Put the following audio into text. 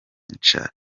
nca